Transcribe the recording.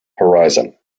horizon